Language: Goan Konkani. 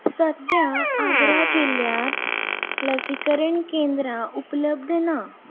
सद्या आग्रा जिल्ल्यात लसीकरण केंद्रां उपलब्द ना